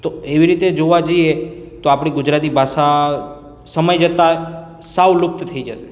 તો એવી રીતે જોવા જઈએ તો આપણી ગુજરાતી ભાષા સમય જતા સાવ લુપ્ત થઈ જશે